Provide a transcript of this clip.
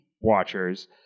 watchers